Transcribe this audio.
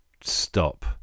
stop